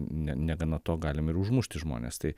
ne negana to galime ir užmušti žmones tai